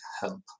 help